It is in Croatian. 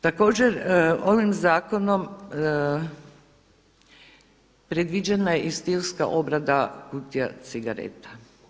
Također ovim zakonom predviđena je i stilska obrada kutija cigareta.